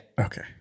Okay